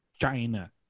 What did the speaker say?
china